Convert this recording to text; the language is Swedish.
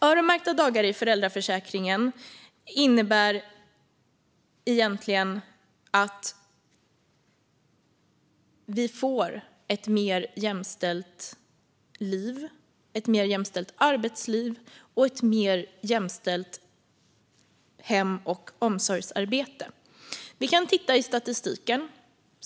Öronmärkta dagar i föräldraförsäkringen innebär egentligen att vi får ett mer jämställt liv, ett mer jämställt arbetsliv och ett mer jämställt hem och omsorgsarbete. Vi kan titta i statistiken.